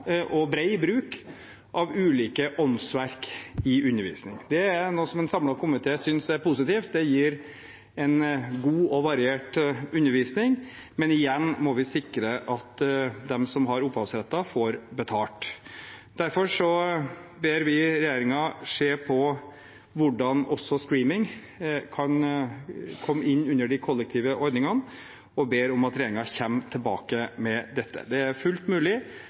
og bred bruk av ulike åndsverk i undervisning. Det er noe som en samlet komité synes er positivt. Det gir en god og variert undervisning. Men igjen må vi sikre at de som har opphavsretten, får betalt. Derfor ber vi regjeringen se på hvordan også streaming kan komme inn under de kollektive ordningene, og vi ber om at regjeringen kommer tilbake med dette. Det er fullt mulig